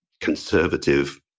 conservative